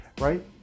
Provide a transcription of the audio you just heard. right